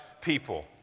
people